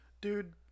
Dude